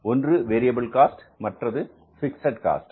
ஒன்று variable cost மற்றது fixed cost